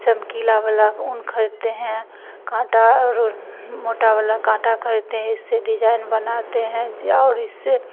चमकीला वाला ऊन ख़रीदते हैं कांटा और मोटा वाला कांटा ख़रीदते हैं इससे डिजाइन बनाते हैं या और इससे